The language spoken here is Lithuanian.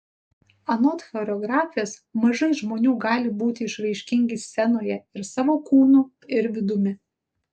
anot choreografės mažai žmonių gali būti išraiškingi scenoje ir savo kūnu ir vidumi